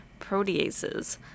proteases